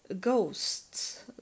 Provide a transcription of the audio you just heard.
ghosts